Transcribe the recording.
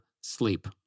sleep